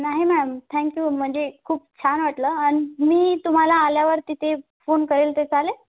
नाही ma'am thank you म्हणजे खूप छान वाटलं आणि मी तुम्हाला आल्यावर तिथे फोन करेल ते चालेल